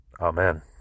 Amen